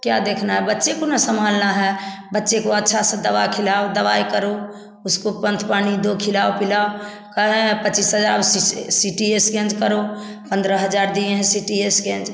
क्या देखना है बच्चे को न संभालना है बच्चे को अच्छा सा दवा खिलाओ दवाई करो उसको पंथ पानी दो खिलाओ पिलाओ काहे है पच्चीस हजार सी टी स्कैन करो पंद्रह हज़ार दिएँ हैं सी टी स्कैन